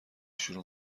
شروع